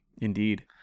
Indeed